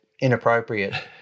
inappropriate